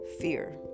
fear